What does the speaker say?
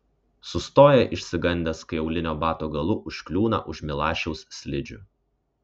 sustoja išsigandęs kai aulinio bato galu užkliūna už milašiaus slidžių